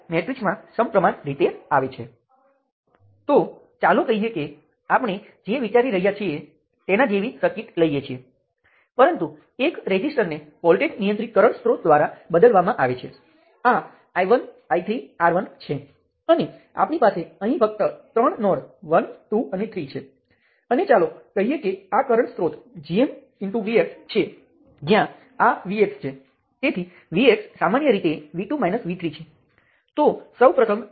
હવે એક વાર તમે સર્કિટ દોરો પછી મેશની અસંગતતા ઓળખો તમે જોશો કે દરેક ક્ષેત્ર શાખાઓના લૂપ દ્વારા ઘેરાયેલ છે અને તે મેશ છે અને અલબત્ત તમે ખાતરી કરો કે આ લૂપની અંદર બીજું કોઈ લૂપ નથી પરંતુ સમાન સર્કિટ અલગ અલગ રીતે દોરી શકાય છે